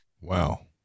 Wow